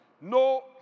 no